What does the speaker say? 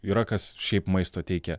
yra kas šiaip maisto teikia